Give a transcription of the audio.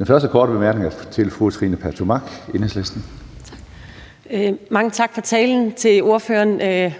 Enhedslisten. Kl. 09:33 Trine Pertou Mach (EL): Mange tak til ordføreren for talen;